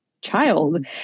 child